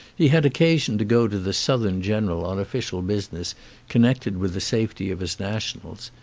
he had occasion to go to the southern general on official business connected with the safety of his nationals,